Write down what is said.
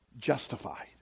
justified